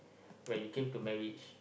when it came to marriage